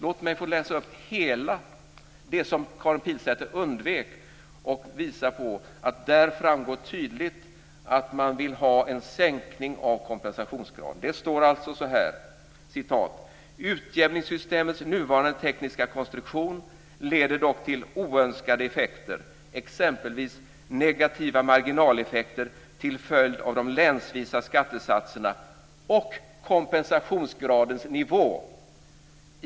Låt mig få läsa upp det som Karin Pilsäter undvek och visa på att det framgår tydligt att man vill ha en sänkning av kompensationsgraden. Det står alltså så här: "Utjämningssystemets nuvarande tekniska konstruktion leder dock till oönskade effekter, exempelvis negativa marginaleffekter till följd av de länsvisa skattesatserna och kompensationsgradens nivå.